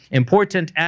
important